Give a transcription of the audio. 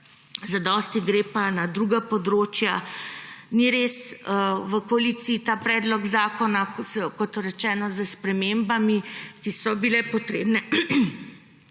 denarja, gre pa na druga področja. Ni res. V koaliciji ta predlog zakona, kot rečeno s spremembami, ki so bile potrebne,